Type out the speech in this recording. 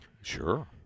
sure